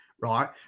Right